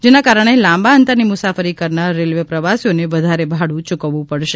જેના કારણે લાંબા અંતરની મુસાફરી કરનારા રેલવે પ્રવાસીઓએ વધારે ભાડુ યૂકવવું પડશે